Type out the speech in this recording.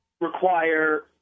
require